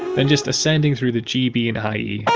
then just ascending through the g, b and high e.